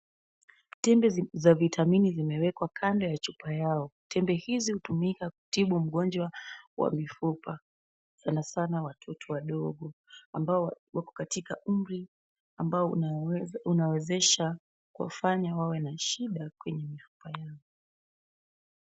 Tembe za vitamini zimewekwa kando ya chupa yao. Tembe hizi hutumika kutibu mgonjwa wa mifupa, sana sana watoto wadogo ambao wako katika umri ambao unawezesha kuwafanya wawe na shida kwenye mifupa yao.